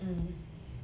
mm